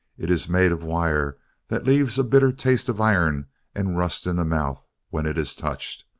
it is made of wire that leaves a bitter taste of iron and rust in the mouth when it is touched.